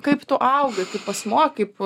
kaip tu augai kaip asmuo kaip